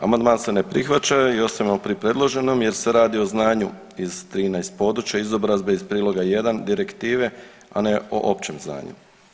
Amandman se ne prihvaća i ostajemo pri predloženom jer se radi o znanju iz 13 područja izobrazbe iz prijedloga 1 direktive, a ne o općem znanju.